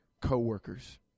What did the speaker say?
co-workers